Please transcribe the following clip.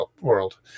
world